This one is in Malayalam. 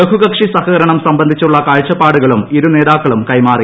ബഹുകക്ഷി സഹകരണം സംബന്ധിച്ചുള്ള കാഴ്ചപ്പാടുകളും ഇരുനേതാക്കളും കൈമാറി